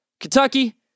Kentucky